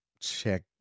check